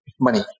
money